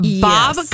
Bob